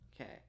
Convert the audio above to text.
Okay